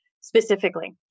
specifically